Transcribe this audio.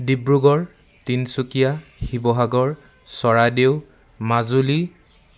Dibrugarh Tinsukia Sivasagar Charaideo Majuli